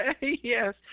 Yes